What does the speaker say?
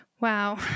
Wow